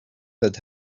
that